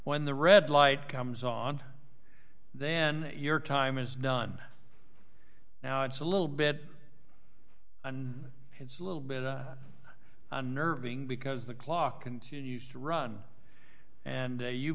when the red light comes on then your time is done now it's a little bit and it's a little bit unnerving because the clock continues to run and